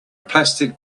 plastic